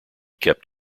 kept